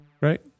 right